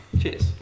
Cheers